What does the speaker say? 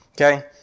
okay